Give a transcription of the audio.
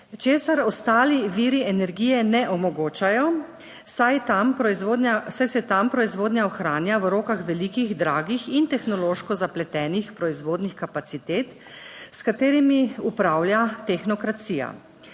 česar ostali viri energije ne omogočajo, saj se tam proizvodnja ohranja v rokah velikih, dragih in tehnološko zapletenih proizvodnih kapacitet. S katerimi upravlja tehnokracija.